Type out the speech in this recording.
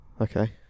okay